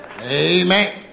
amen